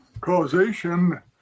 causation